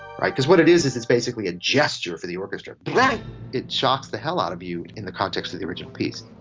right, because what it is is it's basically a gesture for the orchestra. it shocks the hell out of you, in the context of the original piece.